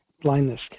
blindness